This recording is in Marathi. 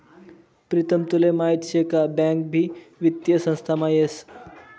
प्रीतम तुले माहीत शे का बँक भी वित्तीय संस्थामा येस